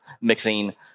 mixing